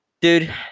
dude